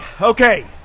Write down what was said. okay